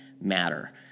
matter